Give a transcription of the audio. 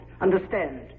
Understand